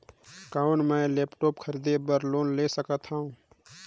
कौन मैं लेपटॉप खरीदे बर लोन ले सकथव?